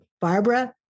Barbara